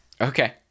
Okay